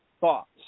thoughts